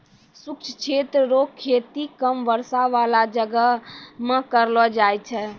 शुष्क क्षेत्र रो खेती कम वर्षा बाला जगह मे करलो जाय छै